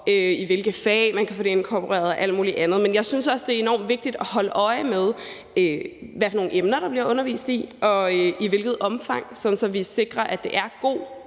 i hvilke fag man kan få det inkorporeret og alt muligt andet, men jeg synes også, det er enormt vigtigt at holde øje med, hvad for nogle emner der bliver undervist i og i hvilket omfang, sådan at vi sikrer, at det er god